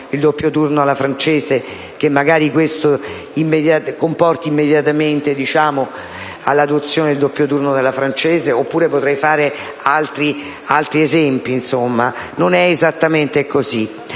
il doppio turno alla francese ‑ comporterà immediatamente l'adozione del doppio turno alla francese (e potrei fare anche altri esempi): non è esattamente così.